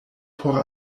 por